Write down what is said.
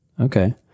Okay